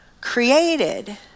created